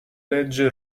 legge